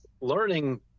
learning